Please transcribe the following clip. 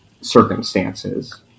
circumstances